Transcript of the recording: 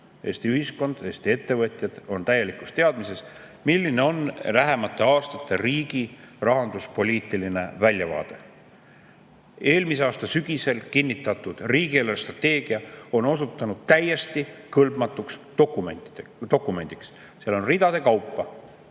Eesti ühiskond, Eesti ettevõtjad on täielikus teadmatuses, milline on riigi lähemate aastate rahanduspoliitiline väljavaade. Eelmise aasta sügisel kinnitatud riigi eelarvestrateegia on osutunud täiesti kõlbmatuks dokumendiks. Seal on kümnete ridade kaupa